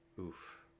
Oof